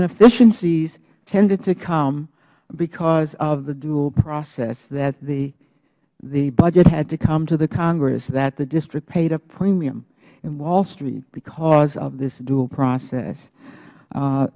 inefficiencies tended to come because of the dual process that the budget had to come to the congress that the district paid a premium in wall street because of this dual process